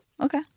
Okay